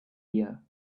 year